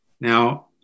Now